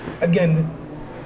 Again